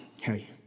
hey